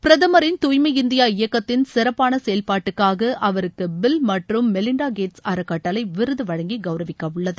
பிரதமின் தூய்மை இந்தியா இயக்கத்தின் சிறப்பான செயல்பாட்டுக்காக அவருக்கு பில் மற்றும் மெலிண்டா கேட்ஸ் அறக்கட்டளை விருது வழங்கி கௌரவிக்கவுள்ளது